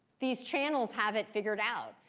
these channels have it figured out,